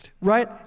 right